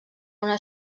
una